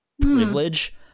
privilege